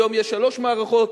היום יש שלוש מערכות,